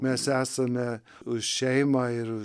mes esame už šeimą ir